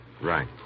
Right